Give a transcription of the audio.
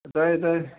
ꯇꯥꯏꯌꯦ ꯇꯥꯏꯌꯦ